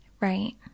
Right